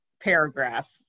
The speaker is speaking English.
paragraph